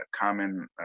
common